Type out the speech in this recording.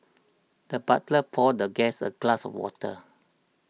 the butler poured the guest a glass of water